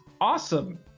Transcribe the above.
Awesome